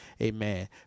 Amen